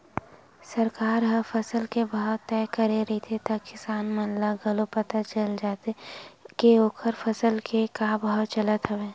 सरकार ह फसल के भाव तय करे रहिथे त किसान मन ल घलोक पता चल जाथे के ओखर फसल के का भाव चलत हवय